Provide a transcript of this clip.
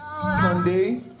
Sunday